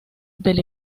del